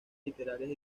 literarias